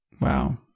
Wow